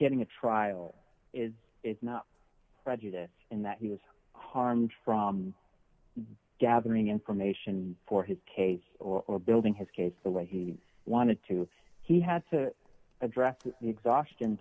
getting a trial is is not prejudice in that he was harmed from gathering information for his case or building his case the way he wanted to he had to address the exhaustion